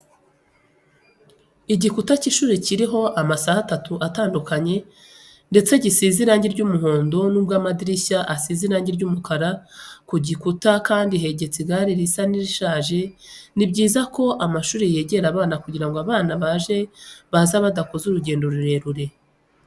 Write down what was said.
Igikuta cy'ishuri kiriho amasaha atatu atandukanye ndetse gisize irange ry'umuhondo nubwo amadirishya asize irange ry'umukara. Ku gikuta kandi hegetse igare risa n'irishaje. Ni byiza ko amashuri yegera abana kugirango abana baje baza badakoze urugendo rurerure.